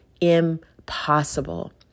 impossible